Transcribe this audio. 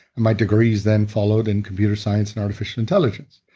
my degrees then followed in computer science and artificial intelligence.